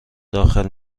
داخل